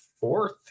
fourth